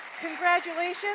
Congratulations